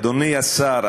אדוני השר,